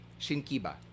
Shinkiba